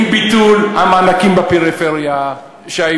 עם ביטול המענקים בפריפריה.